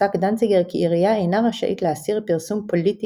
פסק דנציגר כי עירייה אינה רשאית להסיר פרסום פוליטי